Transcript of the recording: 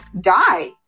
die